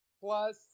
plus